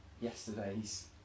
yesterday's